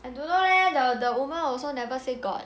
I don't know leh the the woman also never say got